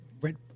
red